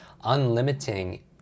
Unlimiting